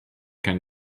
can